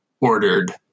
ordered